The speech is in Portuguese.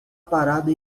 parado